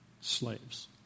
slaves